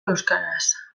euskaraz